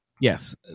Yes